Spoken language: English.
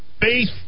faith